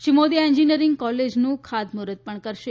Shri Modi engineering કોલેજનું ખાતમૂહર્ત પણ કરશે